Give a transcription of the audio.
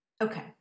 Okay